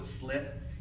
slip